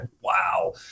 wow